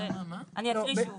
אני אקריא שוב.